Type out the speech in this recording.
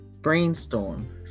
Brainstorm